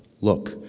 look